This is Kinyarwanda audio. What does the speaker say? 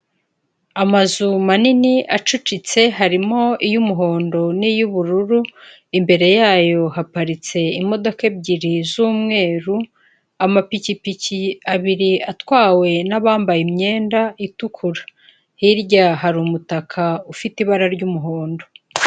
Amazu manini acucitse harimo iy'umuhondo, n'iy'ubururu imbere yayo haparitse imodoka ebyiri z'umweru, amapikipiki abiri atwawe n'abambaye imyenda itukura, hirya hari umutaka ufite ibara ry'umuhondo.